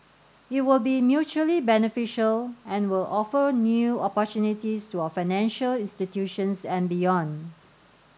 it will be mutually beneficial and will offer new opportunities to our financial institutions and beyond